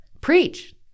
preach